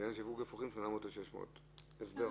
לעניין שיווק אפרוחים: 800 לכל 600 אפרוחים או חלק מהם." הסבר.